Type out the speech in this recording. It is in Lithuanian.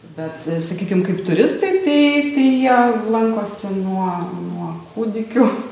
bet sakykim kaip turistai tai tai jie lankosi nuo nuo kūdikių